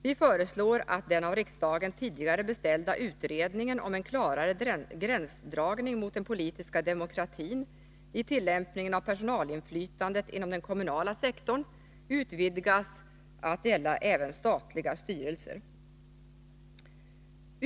Vi föreslår att den av riksdagen tidigare beställda utredningen om en klarare gränsdragning mot den politiska demokratin i tillämpningen av personalinflytandet inom den kommunala sektorn utvidgas att gälla även statliga styrelser.